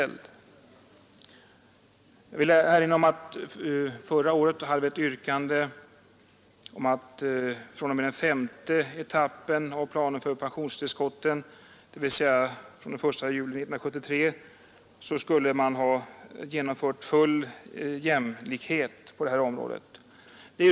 Jag vill nämna att vi förra året framställde ett yrkande om att man fr.o.m. den femte etappen av planen för pensionstillskotten, dvs. fr.o.m. den 1 juli 1973, skulle ha genomfört full jämlikhet på detta område.